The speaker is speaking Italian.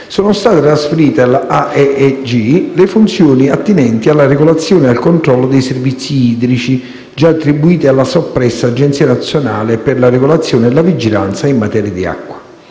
sono state trasferite all'AEEG le funzioni attinenti alla regolazione e al controllo dei servizi idrici, già attribuite alla soppressa Agenzia nazionale per la regolazione e la vigilanza in materia di acqua.